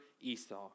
Esau